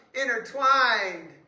intertwined